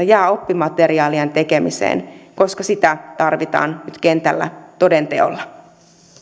jää oppimateriaalin tekemiseen koska sitä tarvitaan nyt kentällä toden teolla